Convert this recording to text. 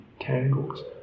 tangles